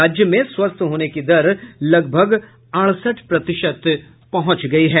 राज्य में स्वस्थ होने की दर लगभग अड़सठ प्रतिशत पहुंच गयी है